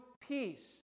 peace